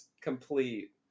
complete